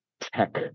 tech